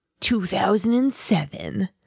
2007